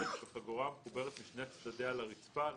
בחגורה המחוברת משני צדדי לרצפה על